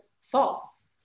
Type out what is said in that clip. false